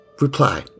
reply